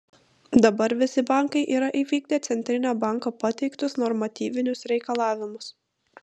dabar visi bankai yra įvykdę centrinio banko pateiktus normatyvinius reikalavimus